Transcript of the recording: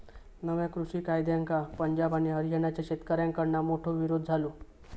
नव्या कृषि कायद्यांका पंजाब आणि हरयाणाच्या शेतकऱ्याकडना मोठो विरोध झालो